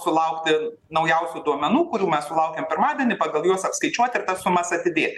sulaukti naujausių duomenų kurių mes sulaukėm pirmadienį pagal juos apskaičiuot ir sumas atidėti